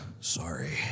sorry